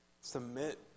submit